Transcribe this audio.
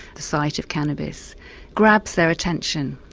the sight of cannabis grabs their attention,